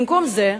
במקום זה,